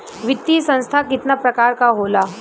वित्तीय संस्था कितना प्रकार क होला?